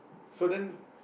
so then